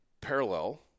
parallel